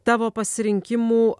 tavo pasirinkimų